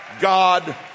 god